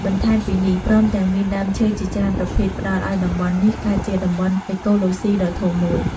បន្ថែមពីនេះ ព្រមទាំងមានដើមឈើជាច្រើនប្រភេទ ផ្តល់ឲ្យតំបន់នេះក្លាយជា តំបន់អេកូឡូស៊ីដ៏ធំមួយ។